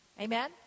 amen